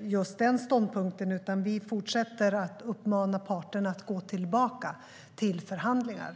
just den ståndpunkten, utan vi fortsätter att uppmana parterna att gå tillbaka till förhandlingar.